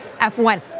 F1